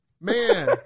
Man